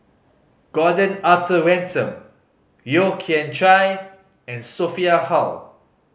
Gordon Arthur Ransome Yeo Kian Chai and Sophia Hull